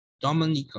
Dominica